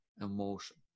emotion